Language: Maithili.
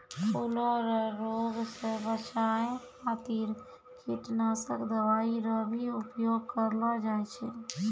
फूलो रो रोग से बचाय खातीर कीटनाशक दवाई रो भी उपयोग करलो जाय छै